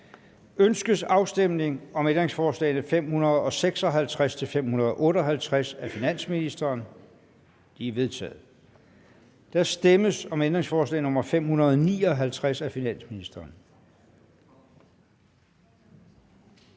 Ønskes afstemning om ændringsforslag nr. 560-562 af finansministeren? De er vedtaget. Der stemmes om ændringsforslag nr. 504 af Liberal